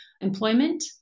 employment